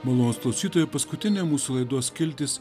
malonūs klausytojai paskutinė mūsų laidos skiltis